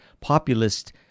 populist